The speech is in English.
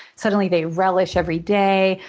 suddenly they relish every day,